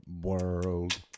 world